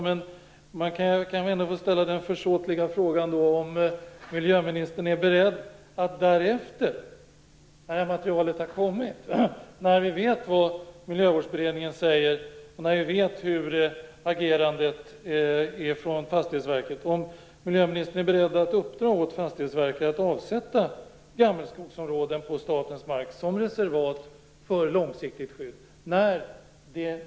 Men låt mig ända ställa den försåtliga frågan om miljöministern är beredd, när materialet har kommit och när vi vet vad Miljövårdsberedningen säger och hur Fastighetsverket agerar, att uppdra åt Fastighetsverket att avsätta gammelskogsområden på statens mark som reservat för långsiktigt skydd.